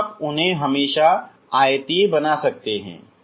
इसलिए आप उन्हें हमेशा आयतीय बना सकते हैं